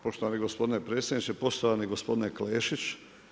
Poštovani gospodine predsjedniče, poštovani gospodine Klešić.